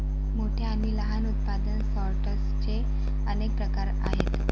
मोठ्या आणि लहान उत्पादन सॉर्टर्सचे अनेक प्रकार आहेत